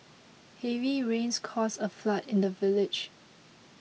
heavy rains caused a flood in the village